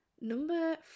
Number